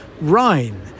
Rhine